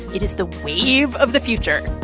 it is the wave of the future.